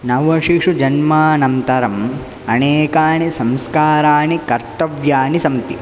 नवशिशुजन्मानन्तरम् अनेकानि संस्कारानि कर्तव्यानि सन्ति